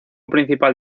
principal